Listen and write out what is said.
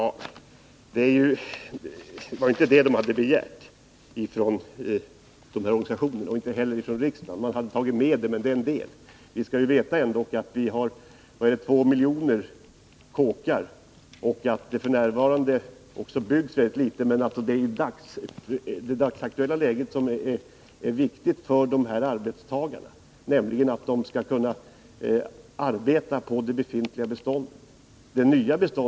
Det var inte det dessa organisationer och riksdagen begärde. Det fanns visserligen med, men det är bara en del av det hela. Vi har två miljoner kåkar i det här landet. F. n. byggs det ganska litet, och det är ändå det dagsaktuella läget som är viktigt för de här arbetstagarna. De vill ha möjligheter att arbeta i det befintliga beståndet.